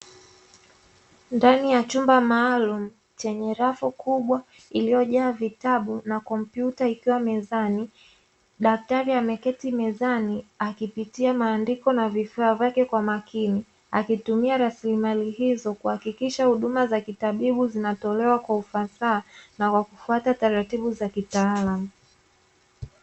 Ndani ya chumba maalumu chenye rafu kubwa, iliyojaa vitabu na kompyuta ikiwa mezani, daktari ameketi mezani akipitia maandiko na vifaa vyake kwa makini, akitumia rasilimali hizo kuhakikisha huduma za kitabibu zinatolewa kwa ufasaha, na kwa kufata taratibu za kitaalamu.